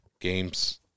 games